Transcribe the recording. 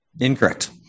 Incorrect